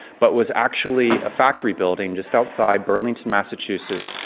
but was actually a factory building just outside burlington, massachusetts,